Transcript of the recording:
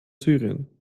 syrien